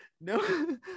no